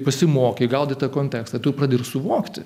pasimokei gaudai tą kontekstą tu pradedi suvokti